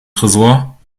tresor